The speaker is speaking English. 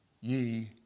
ye